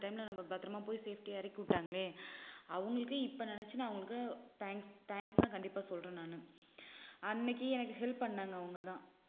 அந்த டைமில் நம்ம பத்திரமா போய் சேஃப்டியா இறக்கி விட்டாங்களே அவங்களுக்கு இப்போ நினைச்சு நான் அவங்களுக்கு தேங்க்ஸ் தேங்க்ஸ் தான் கண்டிப்பாக சொல்கிறேன் நானு அன்றைக்கு எனக்கு ஹெல்ப் பண்ணாங்கள் அவங்க தான்